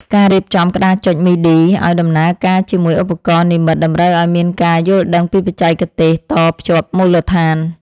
ការរៀបចំក្តារចុចមីឌីឱ្យដំណើរការជាមួយឧបករណ៍និម្មិតតម្រូវឱ្យមានការយល់ដឹងពីបច្ចេកទេសតភ្ជាប់មូលដ្ឋាន។